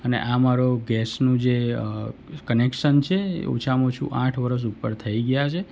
અને આ મારો ગેસનું જે કનેક્શન છે એ ઓછામાં ઓછું આઠ વરસ ઉપર થઈ ગ્યા છે